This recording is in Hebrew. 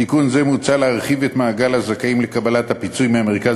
בתיקון זה מוצע להרחיב את מעגל הזכאים לקבלת הפיצוי מהמרכז